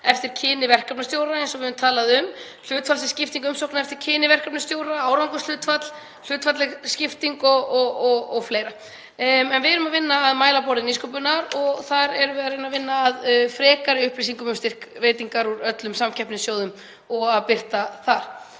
eftir kyni verkefnastjóra, eins og við höfum talað um, hlutfallslega skiptingu umsókna eftir kyni verkefnastjóra, árangurshlutfall, hlutfallslega skiptingu og fleira. Við erum að vinna að mælaborði nýsköpunar og þar erum við að reyna að vinna að frekari upplýsingum um styrkveitingar úr öllum samkeppnissjóðum og birta þær.